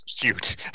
cute